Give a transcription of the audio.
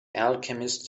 alchemist